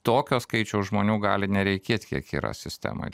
tokio skaičiaus žmonių gali nereikėt kiek yra sistemoj